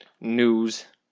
news